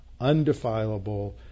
undefilable